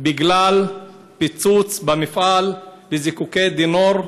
בגלל פיצוץ במפעל לזיקוקי די-נור.